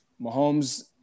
Mahomes